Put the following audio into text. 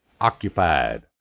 occupied